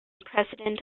president